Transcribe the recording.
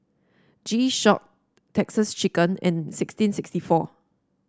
G Shock Texas Chicken and sixteen sixty four